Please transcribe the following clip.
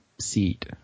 seat